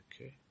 Okay